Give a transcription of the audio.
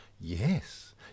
Yes